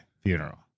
funeral